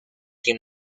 que